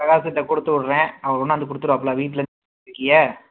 பிரகாஷுட்ட கொடுத்துவுட்றேன் அவரு கொண்டாந்து கொடுத்துருவாப்ல வீட்டில் இருக்கீக